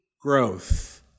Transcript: growth